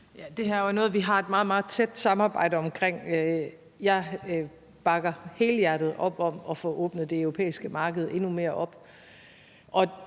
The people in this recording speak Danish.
Det her er jo noget, vi har et meget, meget tæt samarbejde omkring. Jeg bakker helhjertet op om at få åbnet det europæiske marked endnu mere op.